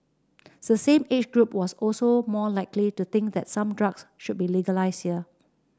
the same age group was also more likely to think that some drugs should be legalised here